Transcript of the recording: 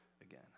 again